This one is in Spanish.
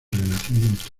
renacimiento